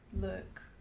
Look